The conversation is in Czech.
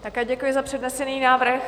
Také děkuji za přednesený návrh.